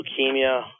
leukemia